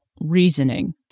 reasoning